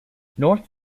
north